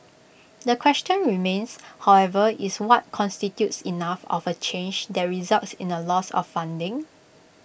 the question remains however is what constitutes enough of A change that results in A loss of funding